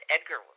Edgar